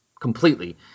completely